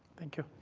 thank you.